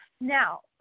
Now